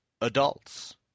adults